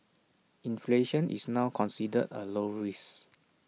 inflation is now considered A low risk